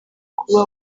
kuba